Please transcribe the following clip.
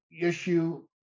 issue